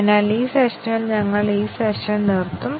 അതിനാൽ അടുത്ത സെഷനിൽ ഞങ്ങൾ നോക്കും